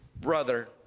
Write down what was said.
brother